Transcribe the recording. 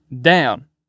down